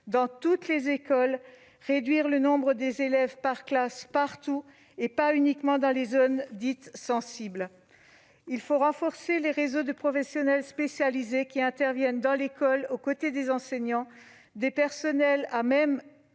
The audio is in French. dans toutes les écoles. Il faut réduire le nombre d'élèves par classe partout et non uniquement dans les zones dites « sensibles ». Il faut renforcer les réseaux de professionnels spécialisés qui interviennent à l'école aux côtés des enseignants. Ces personnels sont à même